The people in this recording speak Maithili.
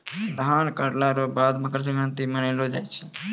धान काटला रो बाद मकरसंक्रान्ती मानैलो जाय छै